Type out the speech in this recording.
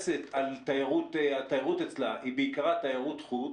שהתיירות אצלה היא בעיקרה תיירות חוץ,